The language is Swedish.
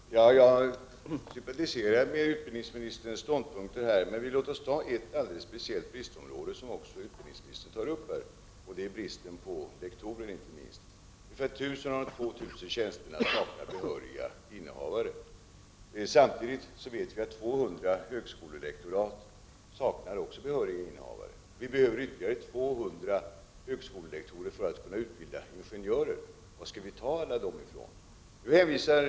Herr talman! Jag sympatiserar med utbildningsministerns ståndpunkt. Låt oss dock ta upp ett speciellt bristområde, som också utbildningsministern var inne på, nämligen bristen på lektorer. Ungefär 1 000 av de 2 000 tjänsterna saknar behöriga innehavare. Samtidigt vet vi också att 200 högskolelektorat saknar behöriga innehavare. Vi behöver ytterligare 200 högskolelektorer som skall kunna utbilda ingenjörer. Varifrån skall vi få dem?